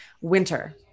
winter